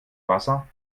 wasser